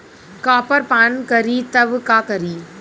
Copper पान करी तब का करी?